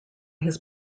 his